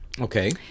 Okay